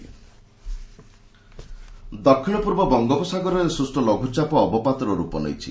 ପାଣିପାଗ ଦକ୍ଷିଣ ପୂର୍ବ ବଙ୍ଗୋପସାଗରରେ ସୃଷ୍ଟ ଲଘୁଚାପ ଅବପାତର ରୂପ ନେଇଛି